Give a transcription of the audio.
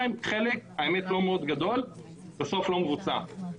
חלק גדול גם פשוט לא מבוצע.